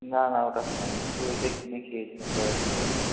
না না ওটা খাই নি শুধু ওইটাই কিনে খেয়েছিলাম প্যারাসিটামলটা